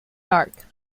dark